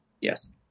Yes